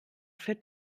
für